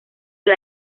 del